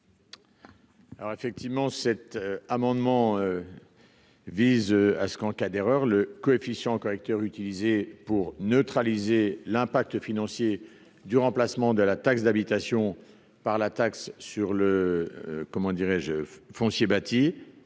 L'objet de cet amendement est de permettre que, en cas d'erreur, le coefficient correcteur pour neutraliser l'impact financier du remplacement de la taxe d'habitation par la taxe sur le foncier bâti